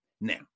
Now